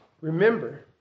Remember